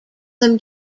them